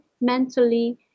mentally